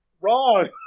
wrong